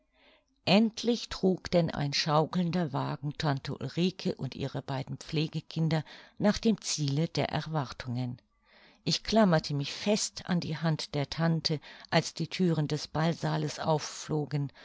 endlich trug denn ein schaukelnder wagen tante ulrike und ihre beiden pflegekinder nach dem ziele der erwartungen ich klammerte mich fest an die hand der tante als die thüren des ballsaales aufflogen